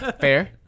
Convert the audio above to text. Fair